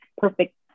perfect